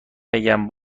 بگم